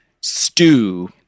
stew